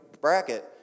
bracket